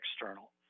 external